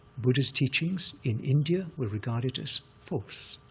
buddhist teachings in india were regarded as false,